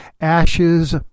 ashes